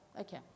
Okay